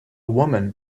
woman